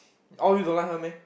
all of you don't like her meh